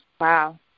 Wow